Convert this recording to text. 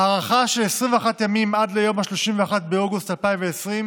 הארכה של 21 ימים, עד ליום 31 באוגוסט 2020,